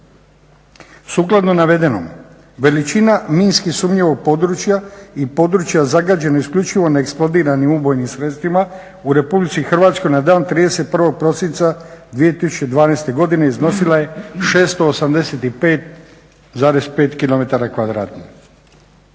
Sukladno navedenom veličina minski sumnjivog područja i područja zagađeno isključivo neeksplodiranim ubojnim sredstvima u Republici Hrvatskoj na dan 31. prosinca 2012. godine iznosila je 685,5 km2.